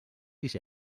sis